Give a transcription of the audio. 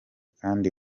kandi